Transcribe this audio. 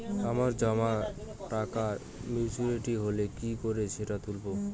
আমার জমা টাকা মেচুউরিটি হলে কি করে সেটা তুলব?